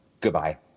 Goodbye